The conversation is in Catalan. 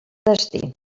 destí